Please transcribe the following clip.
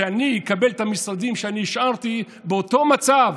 שאני אקבל את המשרדים שאני השארתי באותו מצב